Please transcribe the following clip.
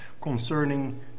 concerning